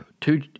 two